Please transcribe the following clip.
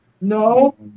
No